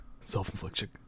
self-inflicted